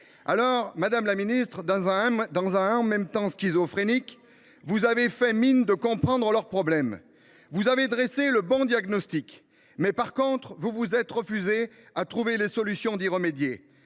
pays ! Madame la ministre, dans un « en même temps » schizophrène, vous avez fait mine de comprendre leur problème. Vous avez dressé le bon diagnostic. En revanche, vous vous êtes refusée à trouver les solutions pour y remédier.